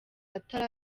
atari